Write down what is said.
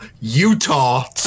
utah